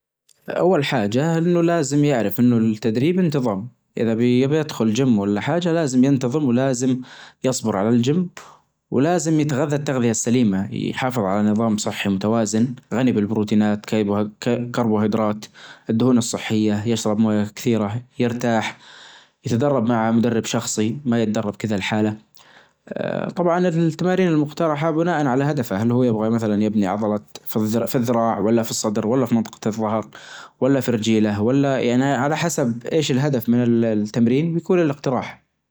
اول حاچه انه لازم يعرف انه التدريب انتظم اذا بي-بيدخل چيم ولا حاچه لازم ينتظم ولازم يصبر على الجيم ولازم يتغذى التغذيه السليمه يحافظ على نظام صحي متوازن غني بالبروتينات كربوهيدرات الدهون الصحيه يشرب مويه كثيره يرتاح يتدرب مع مدرب شخصي ما يتدرب كدا لحاله، طبعا التمارين المقترحه بناء على هدفه أن هو يبغى مثلا يبنى عضلات في الذ-في الذراع ولا في الصدر ولا في منطقة الظهر ولا في رچيلة ولا يعنى على حسب أيش الهدف من التمرين بيكون الإقتراح.